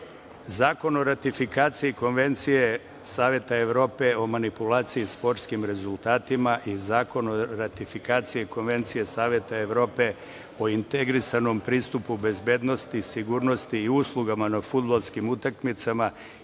toga. Zakon o ratifikaciji Konvencije Saveta Evrope o manipulaciji sportskim rezultatima i Zakon o ratifikaciji Konvencije Saveta Evrope o integrisanom pristupu bezbednosti i sigurnosti i uslugama na fudbalskim utakmicama